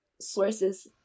sources